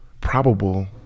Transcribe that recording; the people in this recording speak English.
probable